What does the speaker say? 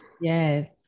Yes